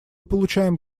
получаем